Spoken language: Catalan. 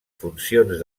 funcions